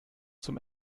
zum